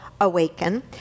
awaken